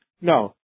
No